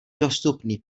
dostupný